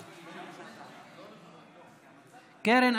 קרן,